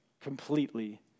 Completely